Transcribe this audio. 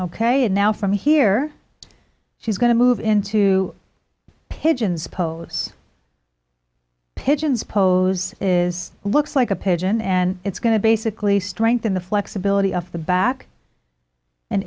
ok and now from here she's going to move into pigeons pose pigeon's pose is looks like a pigeon and it's going to basically strengthen the flexibility of the back an